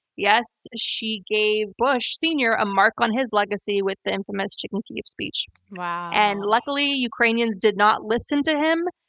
yes, she gave bush, sr a mark on his legacy with the infamous chicken kyiv speech. wow. and luckily ukrainians did not listen to him,